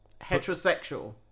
Heterosexual